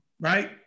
right